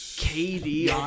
KD